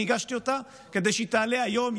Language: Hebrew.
הגשתי אותה כדי שהיא תעלה היום,